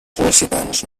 sol·licitants